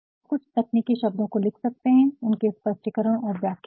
तो आप कुछ तकनीकी शब्दों को लिख सकते हैं उनके स्पष्टीकरण और व्याख्या के साथ